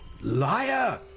liar